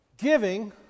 Giving